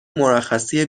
مرخصی